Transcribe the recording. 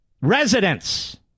Residents